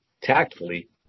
tactfully